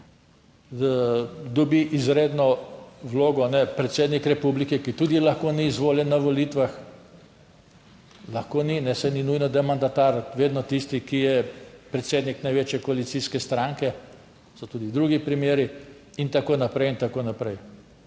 dobi izredno vlogo predsednik republike, ki tudi lahko ni izvoljen na volitvah, lahko ni, saj ni nujno, da je mandatar vedno tisti, ki je predsednik največje koalicijske stranke, so tudi drugi primeri in tako naprej in tako naprej.